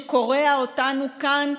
שקורע אותנו כאן,